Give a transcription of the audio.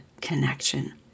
connection